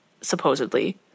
supposedly